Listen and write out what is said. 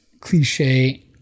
cliche